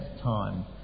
time